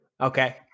Okay